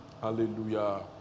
Hallelujah